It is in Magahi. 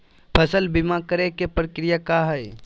फसल बीमा करे के प्रक्रिया का हई?